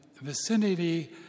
vicinity